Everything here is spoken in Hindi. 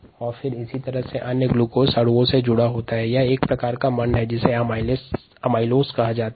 एमाइलोज ग्लूकोज अणु के रेखीय क्रम में जुड़ने से बनता है